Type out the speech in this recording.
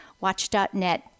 watch.net